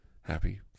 happy